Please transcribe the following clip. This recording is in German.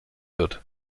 wird